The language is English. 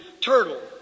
turtle